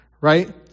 right